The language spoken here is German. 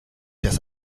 das